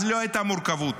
אז לא הייתה מורכבות.